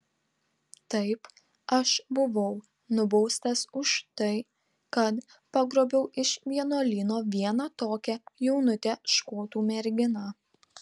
taip aš buvau nubaustas už tai kad pagrobiau iš vienuolyno vieną tokią jaunutę škotų merginą